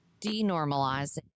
denormalize